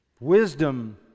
Wisdom